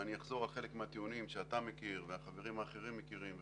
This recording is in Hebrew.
ואני אחזור על חלק מהטיעונים שאתה מכיר והחברים האחרים מכירים וכולי.